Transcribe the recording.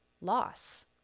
loss